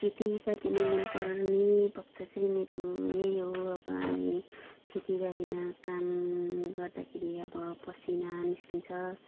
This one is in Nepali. खेतीपातीमा मनपर्ने पक्ष चाहिँ मेरो यही हो अब हामी खेतीबालीमा काम गर्दाखेरि अब पसिना निस्कन्छ